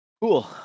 Cool